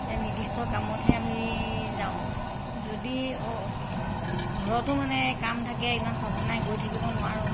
এই নিৰ্দিষ্ট কামতহে আমি যাওঁ যদি অ' ঘৰতো মানে কাম থাকে ইমান সঘনাই গৈ থাকিব নোৱাৰোঁ